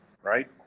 Right